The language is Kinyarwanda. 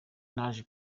naje